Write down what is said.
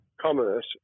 commerce